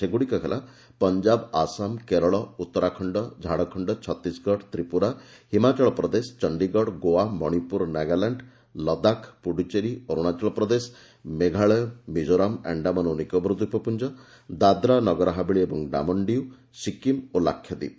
ସେଗୁଡ଼ିକ ହେଲା ପଞ୍ଜାବ ଆସାମ କେରଳ ଉତ୍ତରାଖଣ୍ଡ ଝାଡ଼ଖଣ୍ଡ ଛତିଶଗଡ଼ ତ୍ରିପୁରା ହିମାଚଳ ପ୍ରଦେଶ ଚଣ୍ଡୀଗଡ଼ ଗୋଆ ମଣିପୁର ନାଗାଲ୍ୟାଣ୍ଡ ଲଦାଖ ପୁଦୁଚେରୀ ଅରୁଣାଚଳ ପ୍ରଦେଶ ମେଘାଳୟ ମିକୋରାମ ଆଶ୍ଡାମାନ ଓ ନିକୋବର ଦ୍ୱୀପପୁଞ୍ଜ ଦାଦ୍ରା ନଗର ହାବେଳି ଏବଂ ଦାମନ ଡିଉ ସିକ୍କିମ୍ ଓ ଲାକ୍ଷାଦ୍ୱୀପ